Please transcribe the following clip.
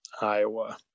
iowa